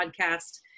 podcast